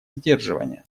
сдерживания